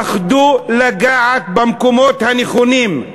פחדו לגעת במקומות הנכונים,